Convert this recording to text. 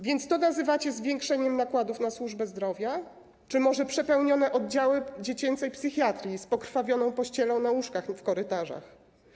Więc to nazywacie zwiększeniem nakładów na służbę zdrowia czy może przepełnione oddziały dziecięcej psychiatrii z pokrwawioną pościelą na łóżkach w korytarzach?